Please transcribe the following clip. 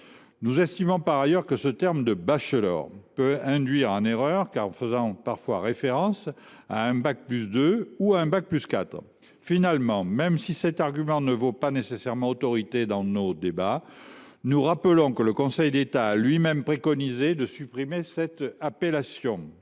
Nous estimons, par ailleurs, que le terme de bachelor peut induire en erreur, en faisant référence tantôt au niveau bac+2, tantôt au niveau bac+4. Finalement, même si cet argument ne fait pas nécessairement autorité dans nos débats, nous rappelons que le Conseil d’État a lui même préconisé de supprimer cette appellation.